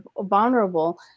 vulnerable